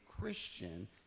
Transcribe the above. Christian